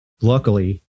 Luckily